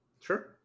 Sure